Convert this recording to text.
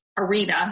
Arena